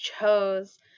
chose